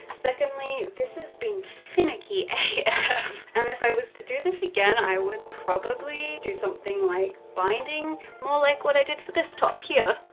secondly, this has been finicky af. and if i was to do this again, i would probably do something like binding. more like what i did for this top here.